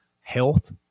health